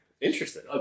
Interesting